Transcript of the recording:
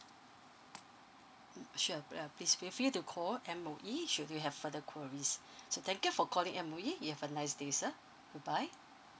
mm sure uh please feel free to call M_O_E should you have further queries so thank you for calling M O E you have a nice day sir bye bye